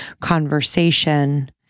conversation